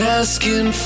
asking